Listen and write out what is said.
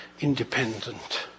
independent